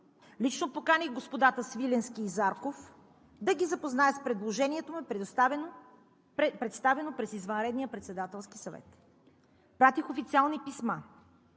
Лично поканих господата Свиленски и Зарков да ги запозная с предложението, представено пред извънредния Председателски съвет. Пратих официални писма